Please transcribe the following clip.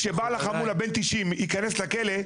כשבעל החמולה בן 90 ייכנס לכלא,